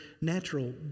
natural